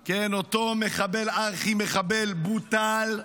כן, אותו מחבל ארכי-מחבל, בוטל,